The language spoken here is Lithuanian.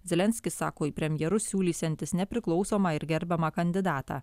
zelenskis sako į premjerus siūlysiantis nepriklausomą ir gerbiamą kandidatą